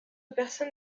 personne